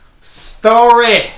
story